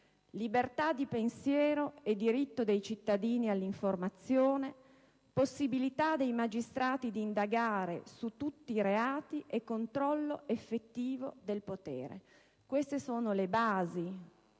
Libertà di pensiero e diritto dei cittadini all'informazione, possibilità dei magistrati di indagare su tutti i reati e controllo effettivo del potere: sono le basi